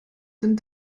den